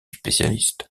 spécialiste